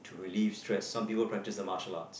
relieves stress some people practise the martial arts